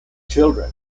children